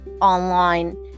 online